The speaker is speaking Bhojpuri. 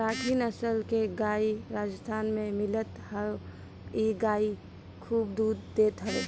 राठी नसल के गाई राजस्थान में मिलत हअ इ गाई खूब दूध देत हवे